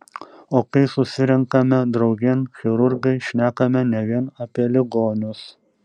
o kai susirenkame draugėn chirurgai šnekame ne vien apie ligonius